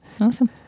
Awesome